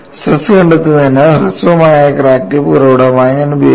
stress കണ്ടെത്തുന്നതിന് ഹ്രസ്വമായ crack tip ഉറവിടമായി ഞാൻ ഉപയോഗിക്കും